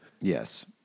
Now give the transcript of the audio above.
Yes